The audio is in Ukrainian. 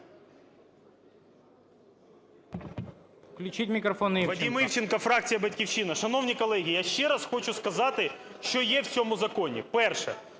16:54:02 ІВЧЕНКО В.Є. Вадим Івченко, фракція "Батьківщина". Шановні колеги, я ще раз хочу сказати, що є в цьому законі. Перше.